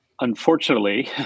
Unfortunately